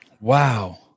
wow